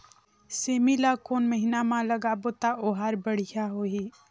सेमी ला कोन महीना मा लगाबो ता ओहार बढ़िया होही?